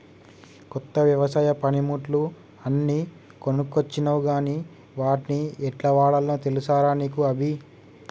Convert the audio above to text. కొత్త వ్యవసాయ పనిముట్లు అన్ని కొనుకొచ్చినవ్ గని వాట్ని యెట్లవాడాల్నో తెలుసా రా నీకు అభి